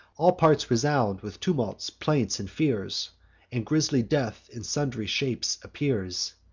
all parts resound with tumults, plaints, and fears and grisly death in sundry shapes appears.